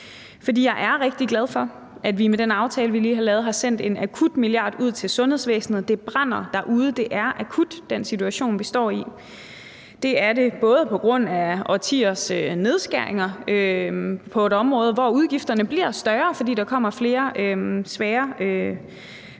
jeg er rigtig glad for, at vi med den aftale, vi lige har lavet, har sendt en akutmilliard ud til sundhedsvæsenet. Det brænder derude; situationen, vi står i, er akut. Og det er den både på grund af årtiers nedskæringer på et område, hvor udgifterne bliver større, fordi der kommer flere svære